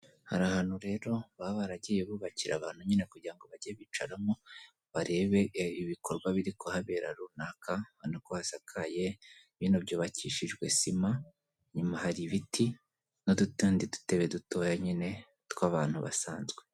Hari ahantu rero baba baragiye bubakira abantu nyine kugira ngo bajye bicaramo barebe ibikorwa biri kuhabera runaka, urabona ko hasakaye, bino byubakishijwe sima, inyuma hari ibiti n'utundi dutebe dutoya nyine tw'abantu basanzwe.